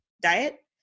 diet